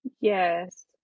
Yes